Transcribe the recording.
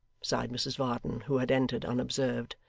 sighed mrs varden, who had entered unobserved.